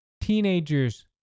teenagers